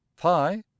pi